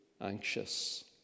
anxious